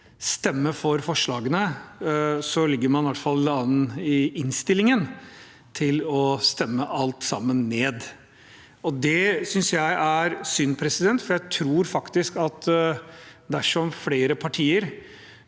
stemme for forslagene, ligger det an til, i hvert fall i innstillingen, at man stemmer alt sammen ned. Det synes jeg er synd, for jeg tror at dersom flere partier